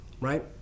right